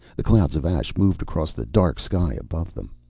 the clouds of ash moved across the dark sky above them.